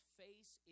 face